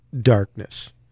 darkness